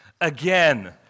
again